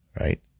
right